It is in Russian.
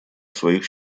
своих